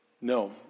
No